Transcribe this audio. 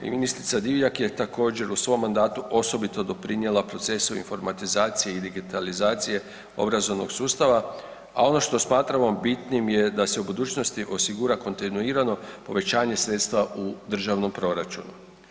Ministrica Divjak je također u svom mandati osobito doprinijela procesu informatizacije i digitalizacije obrazovnog sustava a ono što smatramo bitnim je da se u budućnosti osigura kontinuirano povećanje sredstva u državnom proračunu.